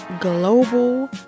global